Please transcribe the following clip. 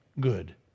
good